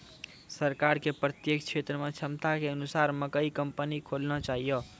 सरकार के प्रत्येक क्षेत्र मे क्षमता के अनुसार मकई कंपनी खोलना चाहिए?